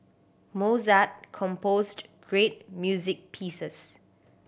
Mozart composed great music pieces